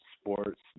sports